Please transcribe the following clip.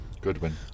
Goodwin